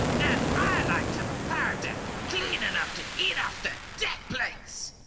and i like to have a power deck clean enough to eat off the deck plates!